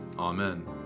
Amen